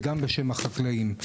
וגם בשם החקלאים.